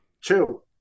Two